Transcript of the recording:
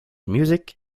music